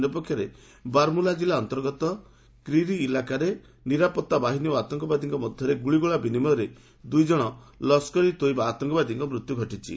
ଅନ୍ୟ ପକ୍ଷରେ ବାରମୂଳ କିଲ୍ଲା ଅନ୍ତର୍ଗତ କ୍ରିରି ଇଲାକାରେ ନିରାପତ୍ତା ବାହିନୀ ଓ ଆତଙ୍କବାଦୀମାନଙ୍କ ମଧ୍ୟରେ ଗୁଳିଗୋଳା ବିନିମୟରେ ଦୁଇଜଣ ଲସ୍କର ଇ ଡୋଇବା ଆତଙ୍କବାଦୀଙ୍କ ମୃତ୍ୟୁ ଘଟିଛି